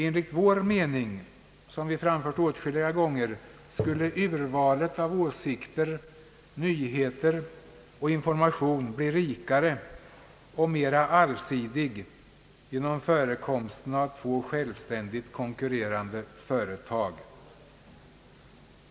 Enligt vår mening, som vi framfört åtskilliga gånger, skulle urvalet av åsikter, nyheter och information bli rikare och mera allsidigt genom förekomsten av två självständigt konkurrerande företag.